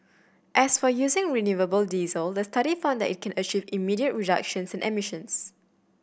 as for using renewable diesel the study found that it can achieve immediate reductions in